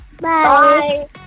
Bye